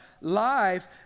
life